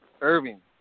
Irving